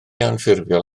anffurfiol